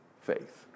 faith